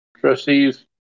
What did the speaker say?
Trustees